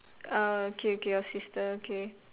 uh okay okay your sister okay